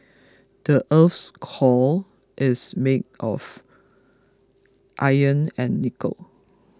the earth's core is made of iron and nickel